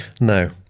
No